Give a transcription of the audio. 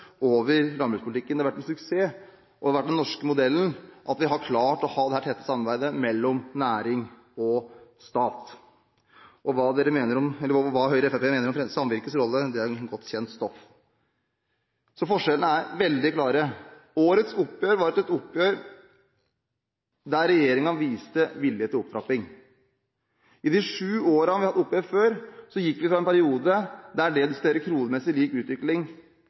over landbrukspolitikken. Den norske modellen, at vi har klart å ha dette tette samarbeidet mellom næring og stat, har vært en suksess. Hva Høyre og Fremskrittspartiet mener om samvirkets rolle, er godt kjent. Forskjellene er veldig klare. Årets oppgjør var et oppgjør der regjeringen viste vilje til opptrapping. I de sju foregående årene gikk vi fra en periode der det å få en kronemessig lik utvikling,